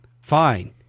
Fine